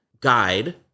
guide